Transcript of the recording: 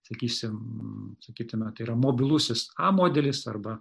sakysim sakytume tai yra mobilusis a modelis arba